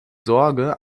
sorge